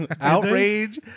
outrage